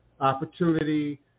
opportunity